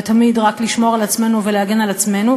ותמיד רק לשמור על עצמנו ולהגן על עצמנו,